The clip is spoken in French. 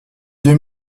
deux